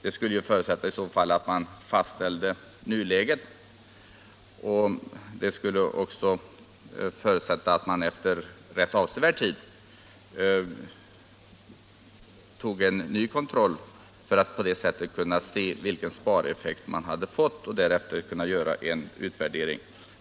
Det skulle förutsätta att man fastställde nuläget, och det skulle också förutsätta att man efter rätt avsevärd tid gjorde en ny kontroll för att på detta sätt kunna se vilken spareffekt man hade fått och därefter kunna göra en utvärdering.